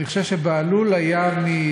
אני חושב שבהלול היה מהפרקליטות